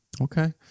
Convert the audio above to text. Okay